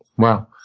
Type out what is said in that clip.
wow.